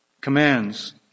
commands